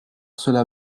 cela